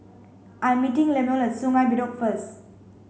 I'm meeting Lemuel at Sungei Bedok first